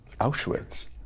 Auschwitz